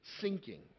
sinking